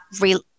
real